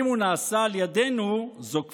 אם הוא נעשה על ידינו זו כפייה,